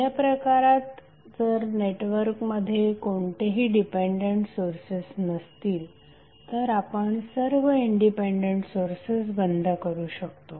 पहिल्या प्रकारत जर नेटवर्कमध्ये कोणतेही डिपेंडेंट सोर्सेस नसतील तर आपण सर्व इंडिपेंडेंट सोर्सेस बंद करू शकतो